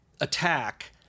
attack